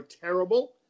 terrible